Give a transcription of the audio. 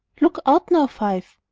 look out now, five!